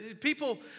People